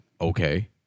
Okay